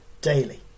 daily